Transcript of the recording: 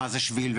מה זה שביל,